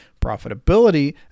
profitability